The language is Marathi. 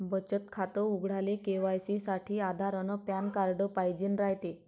बचत खातं उघडाले के.वाय.सी साठी आधार अन पॅन कार्ड पाइजेन रायते